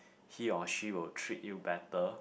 he or she will treat you better